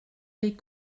les